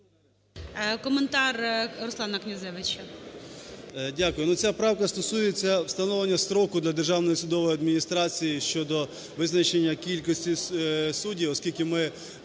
Коментар Руслана Князевича.